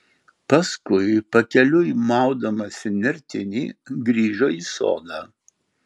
paskui pakeliui maudamasi nertinį grįžo į sodą